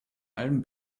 allem